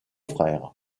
frères